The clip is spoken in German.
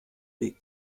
weg